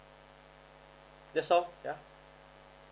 that's all yeah